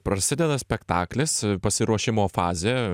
prasideda spektaklis pasiruošimo fazė